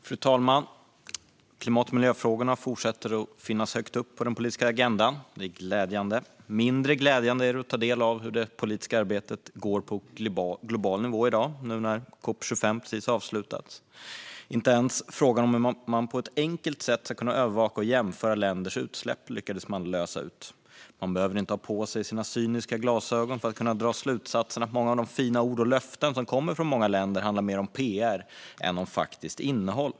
Fru talman! Klimat och miljöfrågorna fortsätter att finnas högt upp på den politiska agendan. Det är glädjande. Mindre glädjande är det att ta del av hur det politiska arbetet går på global nivå nu när COP 25 precis har avslutats. Inte ens frågan om hur man på ett enkelt sätt ska kunna övervaka och jämföra länders utsläpp lyckades man lösa ut. Man behöver inte ha på sig sina cyniska glasögon för att kunna dra slutsatsen att många av de fina ord och löften som kommer från många länder handlar mer om pr än om faktiskt innehåll.